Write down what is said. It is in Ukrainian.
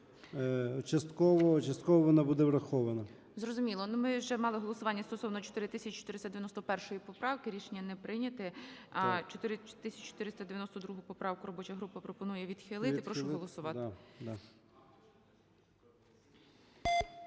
частково вона буде врахована. ГОЛОВУЮЧИЙ. Зрозуміло. Ну, ми ще мали голосування стосовно 4491 поправки: рішення не прийнято. 4492 поправка робоча група пропонує відхилити. Прошу голосувати.